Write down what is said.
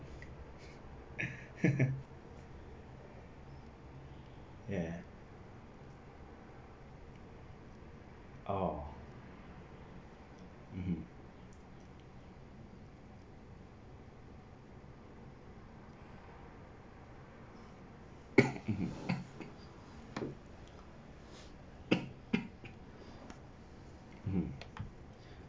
ya orh (uh huh) mm